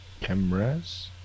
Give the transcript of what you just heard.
Cameras